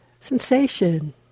sensation